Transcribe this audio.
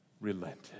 relented